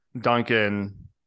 Duncan